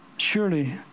surely